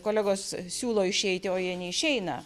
kolegos siūlo išeiti o jie neišeina